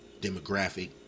demographic